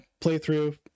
playthrough